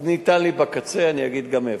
אז ניתן לי בקצה, אני אגיד גם איפה.